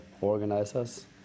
organizers